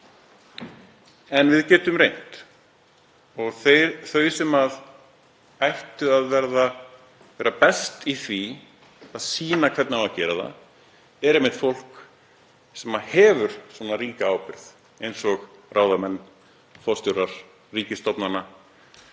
en við getum reynt. Þau sem ættu að vera best í því að sýna hvernig á að gera það er einmitt fólk sem hefur svona ríka ábyrgð eins og ráðamenn, forstjórar ríkisstofnana